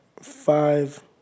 five